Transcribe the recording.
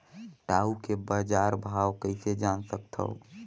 टाऊ के बजार भाव कइसे जान सकथव?